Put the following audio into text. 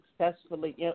successfully